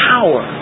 Power